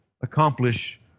accomplish